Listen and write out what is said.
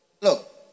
Look